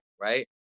right